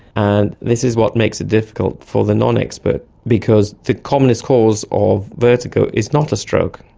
and this is what makes it difficult for the non-expert because the commonest cause of vertigo is not a stroke.